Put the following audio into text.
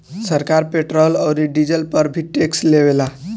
सरकार पेट्रोल औरी डीजल पर भी टैक्स ले लेवेला